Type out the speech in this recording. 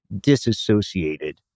disassociated